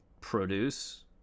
produce